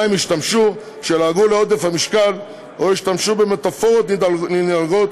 השתמשו כשלעגו לעודף המשקל או השתמשו במטפורות נלעגות,